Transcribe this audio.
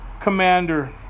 commander